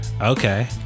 okay